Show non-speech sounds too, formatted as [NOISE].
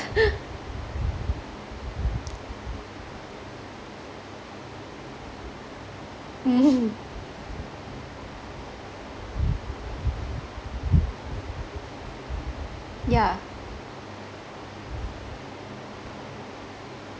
[LAUGHS] mm [LAUGHS] yeah